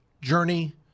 journey